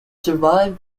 survived